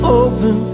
open